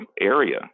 area